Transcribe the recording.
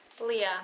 Leah